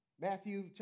Matthew